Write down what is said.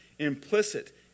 Implicit